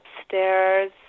upstairs